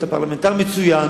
אתה פרלמנטר מצוין,